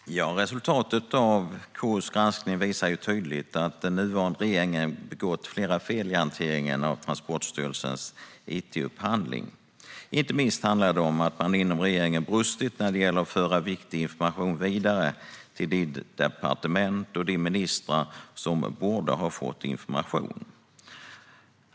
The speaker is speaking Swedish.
Vissa frågor rörande Transportstyrelsens outsourcing m.m. Herr talman! Resultatet av KU:s granskning visar tydligt att den nuvarande regeringen har begått flera fel i hanteringen av Transportstyrelsens it-upphandling. Det handlar inte minst om att man inom regeringen har brustit när det gäller att föra viktig information vidare till de departement och ministrar som borde ha fått informationen.